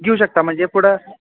घेऊ शकता म्हणजे पुढं